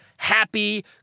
happy